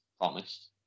promised